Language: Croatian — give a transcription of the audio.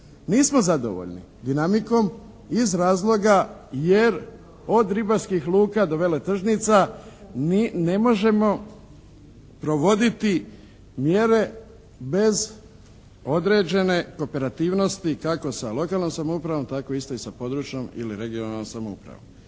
Nismo zadovoljni dinamikom iz razloga jer od ribarskih luka do veletržnica ne možemo provoditi mjere bez određene kooperativnosti kako sa lokalnom samoupravom tako isto i sa područnom ili regionalnom samoupravom.